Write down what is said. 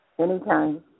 Anytime